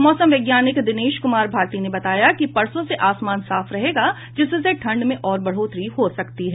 मौसम वैज्ञानिक दिनेश कुमार भारती ने बताया कि परसो से आसमान साफ रहेगा जिससे ठंड में और बढ़ोतरी हो सकती है